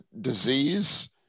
disease